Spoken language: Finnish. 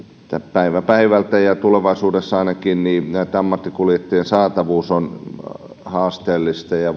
päivä päivältä ja ainakin tulevaisuudessa näitten ammattikuljettajien saatavuus on haasteellisempaa ja